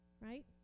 Right